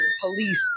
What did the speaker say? Police